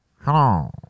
Hello